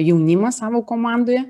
jaunimą savo komandoje